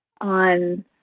on